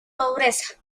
pobreza